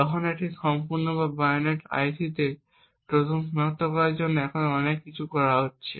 তখনও একটি সম্পূর্ণ বা একটি বানোয়াট আইসিতে ট্রোজান সনাক্ত করার জন্য এখনও অনেক কিছু করা হচ্ছে